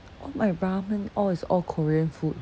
all my ramen all is all korean food